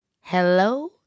Hello